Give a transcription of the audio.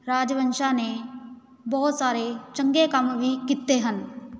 ਰਾਜਵੰਸ਼ਾਂ ਨੇ ਬਹੁਤ ਸਾਰੇ ਚੰਗੇ ਕੰਮ ਵੀ ਕੀਤੇ ਹਨ